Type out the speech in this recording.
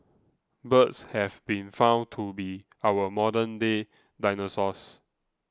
birds have been found to be our modern day dinosaurs